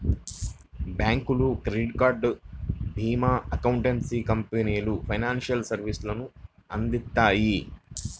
బ్యాంకులు, credit card, భీమా, accountancy కంపెనీలు ఫైనాన్షియల్ సర్వీసెస్ ని అందిత్తాయి